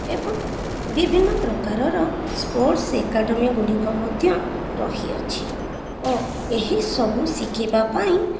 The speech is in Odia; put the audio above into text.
ଏବଂ ବିଭିନ୍ନ ପ୍ରକାରର ସ୍ପୋର୍ଟ୍ସ ଏକାଡ଼େମୀ ଗୁଡ଼ିକ ମଧ୍ୟ ରହିଅଛି ଓ ଏହିସବୁ ଶିଖିବାପାଇଁ